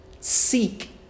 Seek